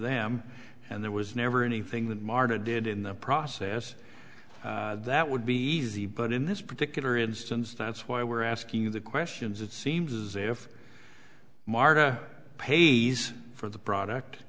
them and there was never anything that martha did in the process that would be easy but in this particular instance that's why we're asking the questions it seems as if martha pays for the product